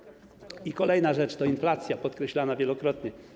Kolejna rzecz to inflacja, podkreślana wielokrotnie.